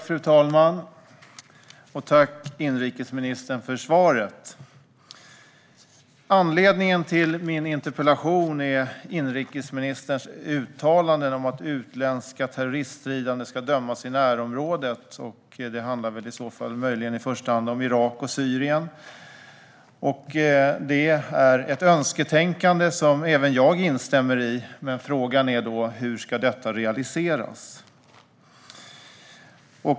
Fru talman! Tack för svaret, inrikesministern! Anledningen till min interpellation är inrikesministerns uttalanden om att utländska terroriststridande ska dömas i närområdet. Det handlar i så fall möjligen i första hand om Irak och Syrien. Det är ett önsketänkande som även jag instämmer i. Men frågan är hur detta ska realiseras.